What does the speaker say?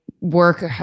work